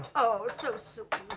oh so soon.